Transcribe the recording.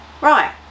Right